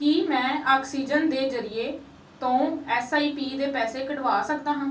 ਕੀ ਮੈਂ ਆਕਸੀਜਨ ਦੇ ਜ਼ਰੀਏ ਤੋਂ ਐਸ ਆਈ ਪੀ ਦੇ ਪੈਸੇ ਕਢਵਾ ਸਕਦਾ ਹਾਂ